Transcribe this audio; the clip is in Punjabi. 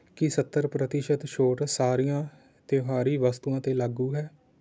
ਕੀ ਸੱਤਰ ਪ੍ਰਤੀਸ਼ਤ ਛੋਟ ਸਾਰੀਆਂ ਤਿਉਹਾਰੀ ਵਸਤੂਆਂ 'ਤੇ ਲਾਗੂ ਹੈ